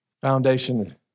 Foundation